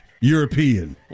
European